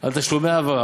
על תשלומי העברה,